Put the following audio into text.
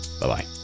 Bye-bye